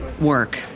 work